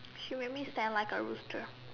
she make me stand like a roaster